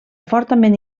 fortament